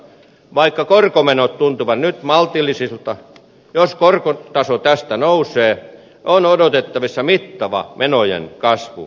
vaikka korkomenot tuntuvat nyt maltillisilta jos korkotaso tästä nousee on odotettavissa mittava menojen kasvu